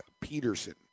Peterson